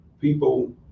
people